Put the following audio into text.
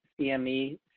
CME